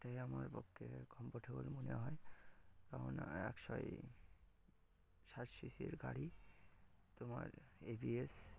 এই আমার পক্ষে কমফর্টেবল মনে হয় কারণ একশয় ষাট সি সির গাড়ি তোমার এ বি এস